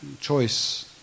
choice